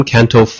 Canto